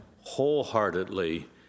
wholeheartedly